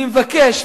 אני מבקש,